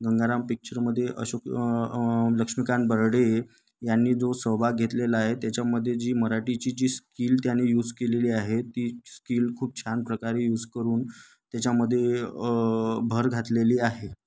गंगाराम पिक्चरमध्ये अशोक लक्ष्मीकांत बेर्डे यांनी जो सहभाग घेतलेला आहे त्याच्यामध्ये जी मराठीची जी स्किल त्यांनी यूज केलेली आहे ती स्किल खूप छान प्रकारे यूज करून त्याच्यामध्ये भर घातलेली आहे